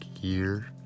year